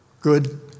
good